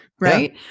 right